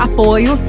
Apoio